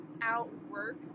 outwork